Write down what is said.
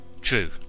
True